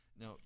Now